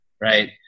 right